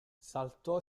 saltò